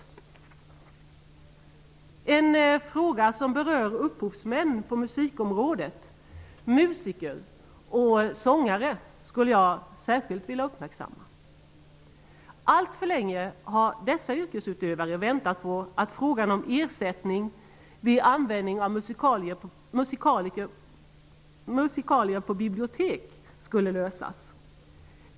Jag skulle särskilt vilja uppmärksamma en fråga som berör upphovsmän på musikområdet, musiker och sångare. Alltför länge har dessa yrkesutövare väntat på att frågan om ersättning vid användning av musikalier på bibliotek skulle lösas.